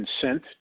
consent